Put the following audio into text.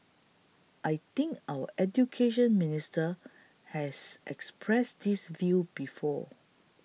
I think our Education Minister has expressed this view before